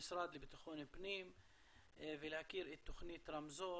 המשרד לבטחון פנים ולהכיר את תוכנית רמזור